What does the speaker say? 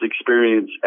experience